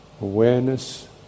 Awareness